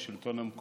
את השלטון המקומי,